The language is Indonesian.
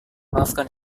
maafkan